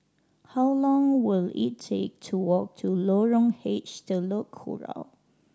how long will it take to walk to Lorong H Telok Kurau